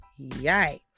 yikes